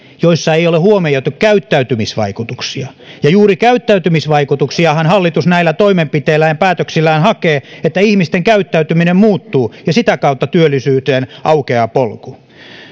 joissa ei ole huomioitu käyttäytymisvaikutuksia ja juuri käyttäytymisvaikutuksiahan hallitus näillä toimenpiteillään ja päätöksillään hakee että ihmisten käyttäytyminen muuttuu ja sitä kautta työllisyyteen aukeaa polku